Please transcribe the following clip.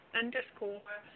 underscore